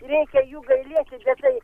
reikia jų gailėti bet tai